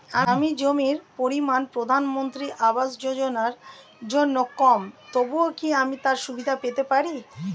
আমার জমির পরিমাণ প্রধানমন্ত্রী আবাস যোজনার জন্য কম তবুও কি আমি তার সুবিধা পেতে পারি?